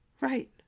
Right